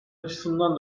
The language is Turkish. açısından